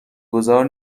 گذار